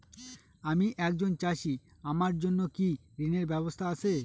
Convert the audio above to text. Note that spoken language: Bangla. আমি একজন চাষী আমার জন্য কি ঋণের ব্যবস্থা আছে?